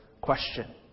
question